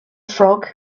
frog